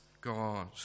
God